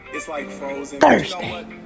Thursday